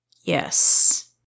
Yes